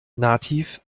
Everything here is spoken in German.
nativ